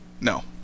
No